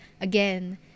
again